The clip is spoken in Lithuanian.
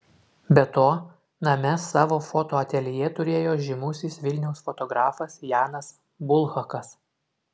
be to name savo fotoateljė turėjo žymusis vilniaus fotografas janas bulhakas